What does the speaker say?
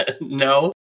No